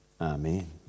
Amen